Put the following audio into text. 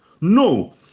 No